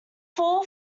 four